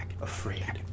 afraid